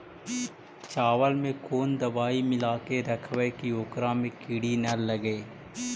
चावल में कोन दबाइ मिला के रखबै कि ओकरा में किड़ी ल लगे?